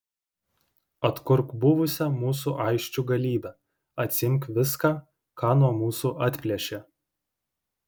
atkurk buvusią mūsų aisčių galybę atsiimk viską ką nuo mūsų atplėšė